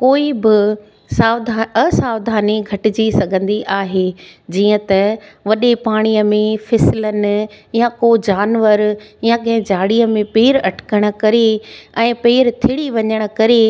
कोई बि सावधा असावधानी घटिजी सघंदी आहे जीअं त वॾे पाणीअ में फिसिलनि या को जानवरु या कंहिं झाड़ीअ में पेरु अटिकणु करे ऐं पेर थिरी वञणु करे